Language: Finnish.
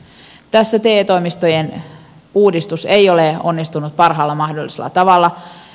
tässä te toimistojen uudistus ei ole onnistunut parhaalla mahdollisella tavalla